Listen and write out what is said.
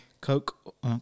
Coke